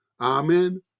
Amen